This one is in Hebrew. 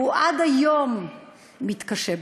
והוא עד היום מתקשה בכך.